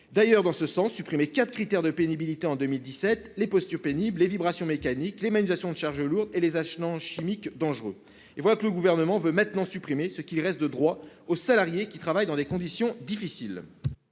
République avait ainsi supprimé quatre critères de pénibilité en 2017 : les postures pénibles, les vibrations mécaniques, les manipulations de charges lourdes et les agents chimiques dangereux. Et voilà que le Gouvernement veut maintenant supprimer ce qu'il reste de droits aux salariés qui travaillent dans des conditions difficiles